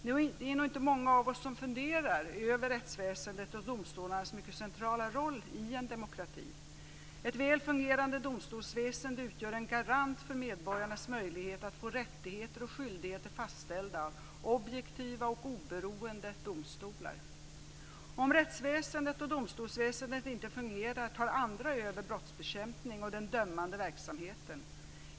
Det är nog inte många av oss som funderar över rättsväsendets och domstolarnas mycket centrala roll i en demokrati. Ett väl fungerande domstolsväsende utgör en garant för medborgarnas möjlighet att få rättigheter och skyldigheter fastställda av objektiva och oberoende domstolar. Om rättsväsendet och domstolsväsendet inte fungerar tar andra över brottsbekämpning och den dömande verksamheten.